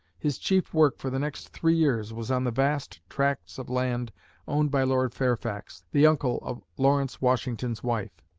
his chief work for the next three years was on the vast tracts of land owned by lord fairfax, the uncle of lawrence washington's wife.